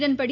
இதன்படி